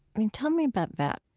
i mean, tell me about that